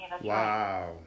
Wow